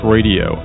Radio